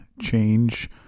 change